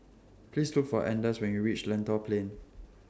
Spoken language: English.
Please Look For Anders when YOU REACH Lentor Plain